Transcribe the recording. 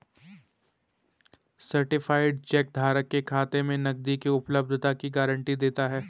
certified cheque धारक के खाते में नकदी की उपलब्धता की गारंटी देता है